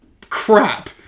crap